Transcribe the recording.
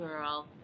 girl